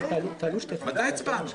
כן, ודאי הצבענו.